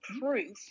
proof